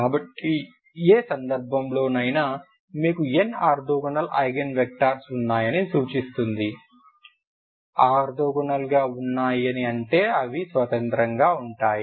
కాబట్టి ఏ సందర్భంలోనైనా మీకు n ఆర్తోగోనల్ ఐగెన్ వెక్టర్స్ ఉన్నాయని సూచిస్తుంది ఆర్తోగోనల్ గా వున్నాయి అంటే అవి స్వతంత్రంగా ఉంటాయి